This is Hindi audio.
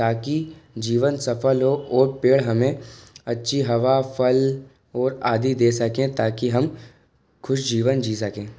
ताकि जीवन सफल हो और पेड़ हमें अच्छी हवा फल और आदि दे सकें ताकि हम खुश जीवन जी सकें